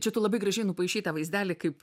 čia tu labai gražiai nupaišei tą vaizdelį kaip